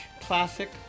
classic